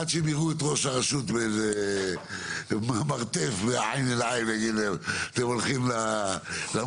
עד שהם יראו את ראש הרשות מהמרתף --- אתם הולכים למורשים?